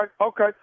okay